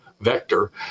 vector